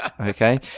okay